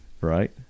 Right